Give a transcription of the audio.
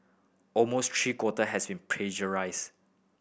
almost three quarter has been plagiarised